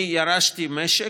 אני ירשתי משק,